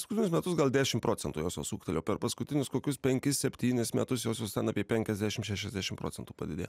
paskutinius metus gal dešimt procentų josios ūgtelėjo per paskutinius kokius penkis septynis metus josios ten apie penkiasdešim šešiasdešim procentų padidėjo